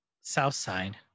Southside